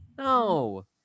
No